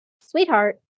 sweetheart